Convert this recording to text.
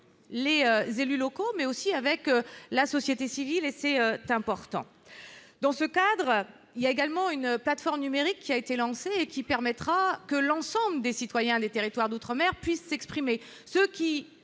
les élus locaux, mais aussi avec la société civile et c'est très important dans ce cadre, il y a également une plateforme numérique, qui a été lancé et qui permettra que l'ensemble des citoyens des territoires d'outre-mer puisse s'exprimer, ce qui